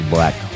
Black